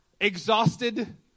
Exhausted